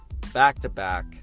back-to-back